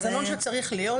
זה מנגנון שצריך להיות,